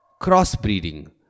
Crossbreeding